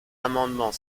amendement